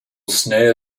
snare